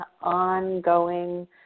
ongoing